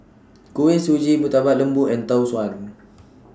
Kuih Suji Murtabak Lembu and Tau Suan